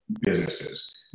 businesses